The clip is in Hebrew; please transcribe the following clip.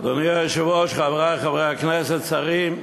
אדוני היושב-ראש, חברי חברי הכנסת, שרים,